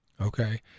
Okay